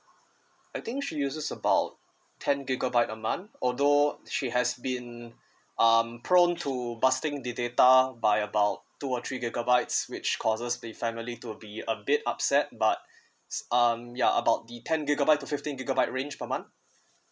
I think she uses about ten gigabyte a month although she has been um prone to busting the data by about two or three gigabytes which causes the family to be a bit upset but um ya about the ten gigabyte to fifteen gigabyte range per month